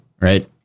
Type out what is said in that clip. Right